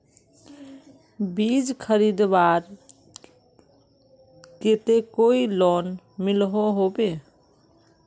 बीज खरीदवार केते कोई लोन मिलोहो होबे?